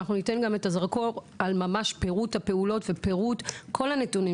אנחנו ניתן זרקור על פירוט הפעולות ועל פירוט כל הנתונים.